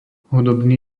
hudobný